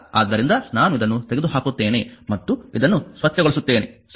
ಆದ್ದರಿಂದ ನಾನು ಇದನ್ನು ತೆಗೆದುಹಾಕುತ್ತೇನೆ ಮತ್ತು ಇದನ್ನು ಸ್ವಚ್ಛಗೊಳಿಸುತ್ತೇನೆ ಸರಿ